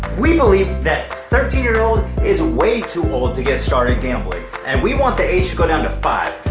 we believe that thirteen years old is way too old to get started gambling, and we want the age to go down to five.